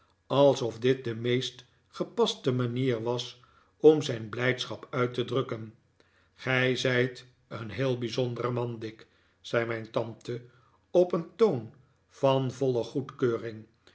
alsof dit de meest gepaste manier was om zijn blijdschap uit te drukken gij zijt een heel bijzondere man dick zei mijn tante op een toon van voile goedkeuring